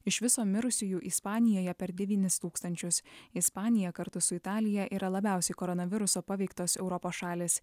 iš viso mirusiųjų ispanijoje per devynis tūkstančius ispanija kartu su italija yra labiausiai koronaviruso paveiktos europos šalys